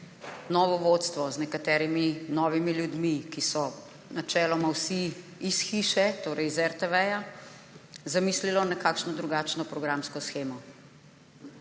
novo vodstvo z nekaterimi novimi ljudmi, ki so načeloma vsi iz hiše, torej iz RTV, zamislilo nekakšno drugačno programsko shemo.